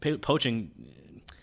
poaching